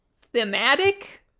thematic